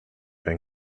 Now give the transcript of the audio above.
been